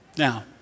Now